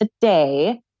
today